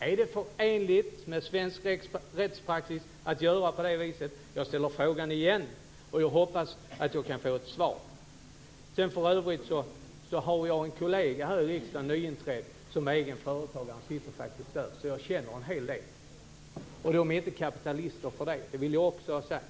Är det förenligt med svensk rättspraxis att göra på det viset? Jag ställer frågan igen. Jag hoppas att jag kan få ett svar. För övrigt har jag en nyinträdd kollega här i riksdagen som är egen företagare. Han sitter faktiskt där. Jag känner en hel del företagare, och de är inte kapitalister för det. Det vill jag också ha sagt.